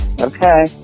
Okay